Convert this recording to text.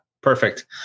perfect